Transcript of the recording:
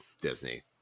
Disney